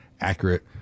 accurate